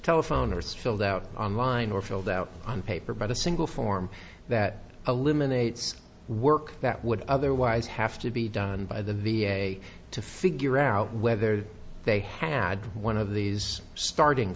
telephone or still doubt online or filled out on paper but a single form that eliminates work that would otherwise have to be done by the v a to figure out whether they had one of these starting